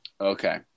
Okay